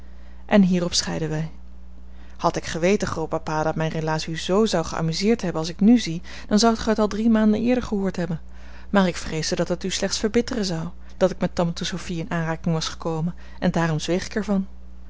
en hierop scheidden wij had ik geweten grootpapa dat mijn relaas u zoo zou geamuseerd hebben als ik nù zie dan zoudt gij het al drie maanden eerder gehoord hebben maar ik vreesde dat het u slechts verbitteren zou dat ik met tante sophie in aanraking was gekomen en daarom zweeg ik